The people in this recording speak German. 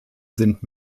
sind